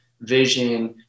vision